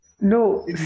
No